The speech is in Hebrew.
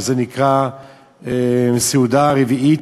שנקרא "הסעודה הרביעית",